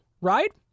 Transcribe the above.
right